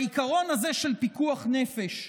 העיקרון הזה של פיקוח נפש,